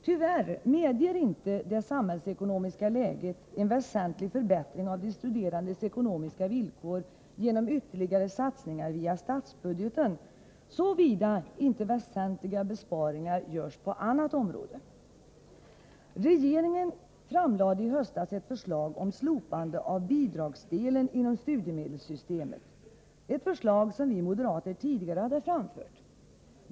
Tyvärr medger inte det samhällsekonomiska läget en väsentlig förbättring av de studerandes ekonomiska villkor genom ytterligare satsningar via statsbudgeten, såvida inte väsentliga besparingar görs på annat område. Regeringen framlade i höstas ett förslag om slopande av bidragsdelen inom studiemedelssystemet, ett förslag som vi moderater tidigare hade framfört.